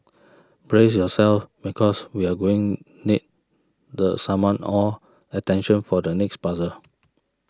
brace yourselves because we're going need to summon all attention for the next puzzle